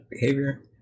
behavior